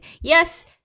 yes